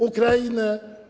Ukrainę?